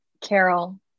Carol